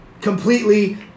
completely